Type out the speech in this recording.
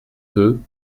peu